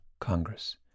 Congress